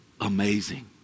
Amazing